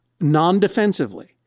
non-defensively